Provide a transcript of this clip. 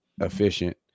efficient